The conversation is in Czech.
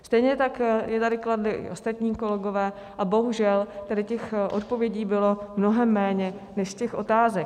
Stejně tak je tady kladli ostatní kolegové a bohužel tady těch odpovědí bylo mnohem méně než těch otázek.